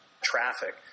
traffic